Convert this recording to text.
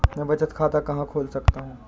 मैं बचत खाता कहाँ खोल सकता हूँ?